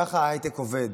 ככה ההייטק עובד.